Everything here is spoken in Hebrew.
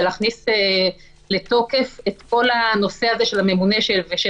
ולהכניס לתוקף את כל הנושא הזה של הממונה ושל